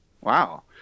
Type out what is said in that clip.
wow